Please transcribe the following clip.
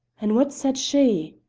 and what said she?